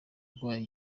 urwaye